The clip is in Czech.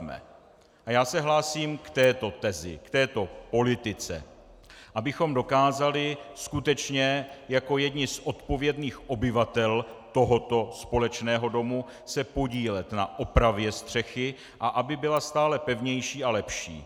A já se hlásím k této tezi, k této politice, abychom dokázali skutečně jako jedni z odpovědných obyvatel tohoto společného domu se podílet na opravě střechy a aby byla stále pevnější a lepší.